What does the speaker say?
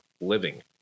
living